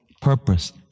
purpose